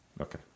Okay